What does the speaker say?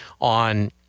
on